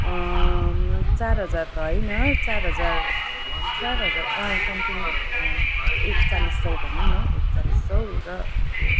चार हजार त होइन चार हजार चार हजार अँ समथिङ एकचालिस सय भनौँ न एकचालिस सय र त्यो